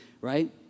right